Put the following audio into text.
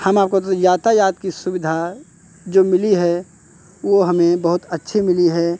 हम आपको जो यातायात की सुविधा जो मिली है वो हमें बहुत अच्छी मिली हैं